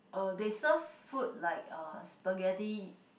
uh they serve food like uh spaghetti